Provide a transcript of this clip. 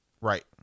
Right